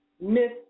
Miss